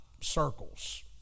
circles